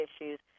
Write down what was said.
issues